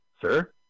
sir